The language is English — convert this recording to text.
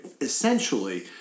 Essentially